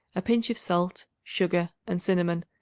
a pinch of salt, sugar and cinnamon,